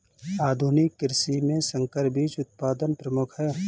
आधुनिक कृषि में संकर बीज उत्पादन प्रमुख है